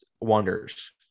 wonders